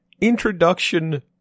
introduction